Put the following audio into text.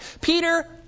Peter